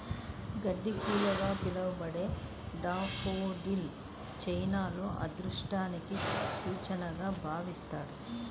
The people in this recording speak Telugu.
గడ్డిపూలుగా పిలవబడే డాఫోడిల్స్ చైనాలో అదృష్టానికి సూచికగా భావిస్తారు